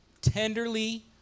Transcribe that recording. tenderly